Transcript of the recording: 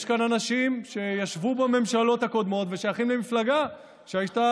יש כאן אנשים שישבו בממשלות הקודמות ושייכים למפלגה שהייתה